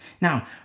Now